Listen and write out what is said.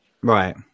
Right